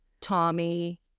Tommy